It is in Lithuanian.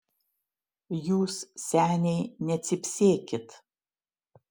jūs seniai necypsėkit